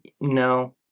no